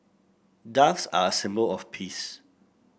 ducks are a symbol of peace